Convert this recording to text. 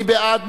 מי בעד?